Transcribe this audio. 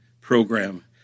program